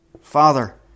Father